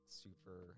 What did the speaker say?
super